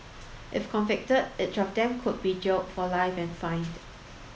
if convicted each of them could be jailed for life and fined